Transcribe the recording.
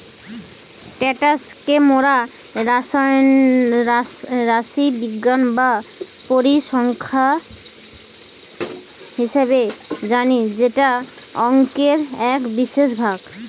status কে মোরা রাশিবিজ্ঞান বা পরিসংখ্যান হিসেবে জানি যেটা অংকের এক বিশেষ ভাগ